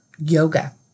Yoga